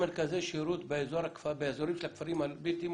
מרכזי שירות באזורים של הכפרים הבלתי-מוכרים?